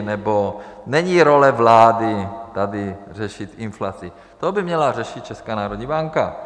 Nebo není role vlády tady řešit inflaci, to by měla řešit Česká národní banka.